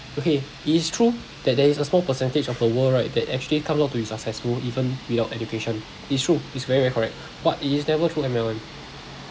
okay it is true that there is a small percentage of the world right that actually come out to be successful even without education it's true it's very very correct but it is never through M_L_M